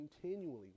continually